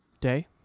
Day